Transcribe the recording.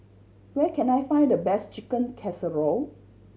where can I find the best Chicken Casserole